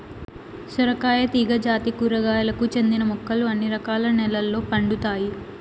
సొరకాయ తీగ జాతి కూరగాయలకు చెందిన మొక్కలు అన్ని రకాల నెలల్లో పండుతాయి